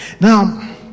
Now